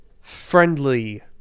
friendly